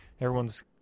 everyone's